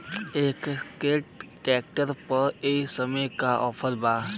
Escort tractor पर ए समय का ऑफ़र बा?